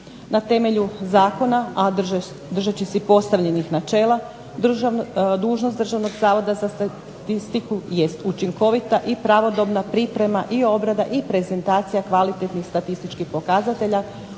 Na temelju zakona, a držeći se postavljenih načela dužnost Državnog zavoda za statistiku jest učinkovita i pravodobna priprema i obrada i prezentacija kvalitetnih statističkih pokazatelja